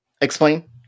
Explain